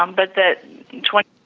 um but that twenty